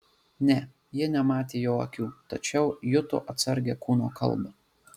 ne ji nematė jo akių tačiau juto atsargią kūno kalbą